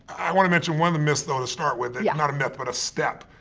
i want to mention one of the myths though to start with, yeah not a myth but a step.